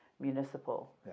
municipal